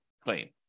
claim